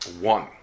one